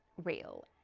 reel.